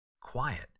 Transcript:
quiet